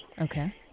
Okay